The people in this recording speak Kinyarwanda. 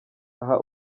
aha